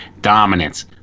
Dominance